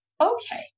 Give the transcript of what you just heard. okay